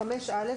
רופא,